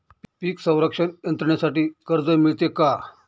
पीक संरक्षण यंत्रणेसाठी कर्ज मिळते का?